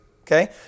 Okay